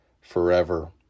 forever